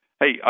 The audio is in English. Hey